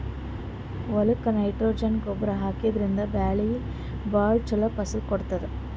ಹೊಲಕ್ಕ್ ನೈಟ್ರೊಜನ್ ಗೊಬ್ಬರ್ ಹಾಕಿದ್ರಿನ್ದ ಬೆಳಿ ಭಾಳ್ ಛಲೋ ಫಸಲ್ ಕೊಡ್ತದ್